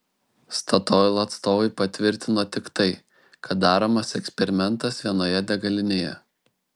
statoil atstovai patvirtino tik tai kad daromas eksperimentas vienoje degalinėje